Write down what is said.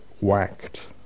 whacked